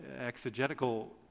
exegetical